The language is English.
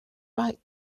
right